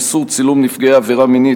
איסור צילום נפגעי עבירה מינית),